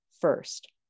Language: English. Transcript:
first